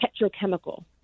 petrochemical